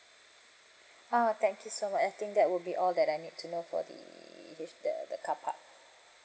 (uh huh) thank you so much I think that will be all that I need to know for the H the the car park